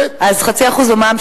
0.5% במע"מ,